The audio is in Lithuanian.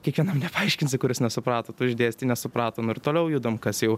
kiekvienam nepaaiškinsi kuris nesuprato tu išdėstei nesuprato na ir toliau judam kas jau